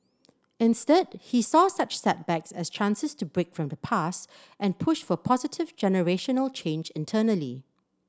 instead he saw such setbacks as chances to break from the past and push for positive generational change internally